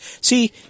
See